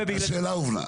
השאלה הובנה.